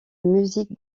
music